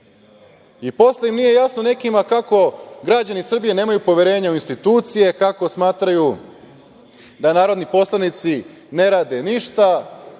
i posle nije jasno nekima kako građani Srbije nemaju poverenja u institucije, kako smatraju da narodni poslanici ne rade ništa,